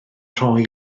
rhoi